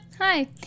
Hi